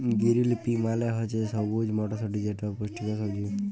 গিরিল pea মালে হছে সবুজ মটরশুঁটি যেট পুষ্টিকর সবজি